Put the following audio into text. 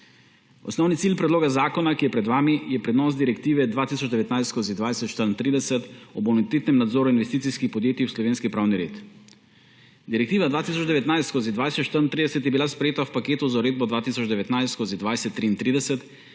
Osnovni cilj predloga zakona, ki je pred vami, je prenos Direktive 2019/2034 o bonitetnem nadzoru investicijskih podjetij v slovenski pravni red. Direktiva 2019/2034 je bila sprejeta v paketu z Uredbo 2019/2033,